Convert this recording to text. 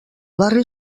barri